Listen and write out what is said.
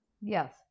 Yes